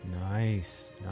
Nice